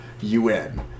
UN